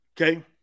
Okay